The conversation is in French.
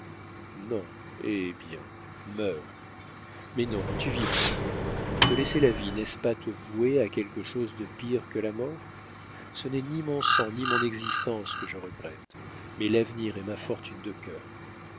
non eh bien meurs mais non tu vivras te laisser la vie n'est-ce pas te vouer à quelque chose de pire que la mort ce n'est ni mon sang ni mon existence que je regrette mais l'avenir et ma fortune de cœur